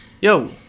yo